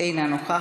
אינה נוכחת,